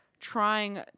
trying